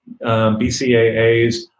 BCAAs